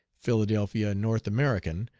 philadelphia north american,